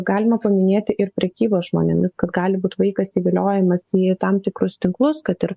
galima paminėti ir prekyba žmonėmis kad gali būti vaikas įviliojamas į tam tikrus tinklus kad ir